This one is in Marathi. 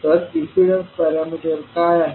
तर इम्पीडन्स पॅरामीटर्स काय आहेत